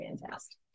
fantastic